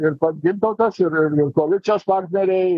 ir pats gintautas ir ir koalicijos partneriai